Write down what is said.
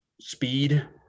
speed